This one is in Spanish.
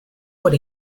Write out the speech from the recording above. por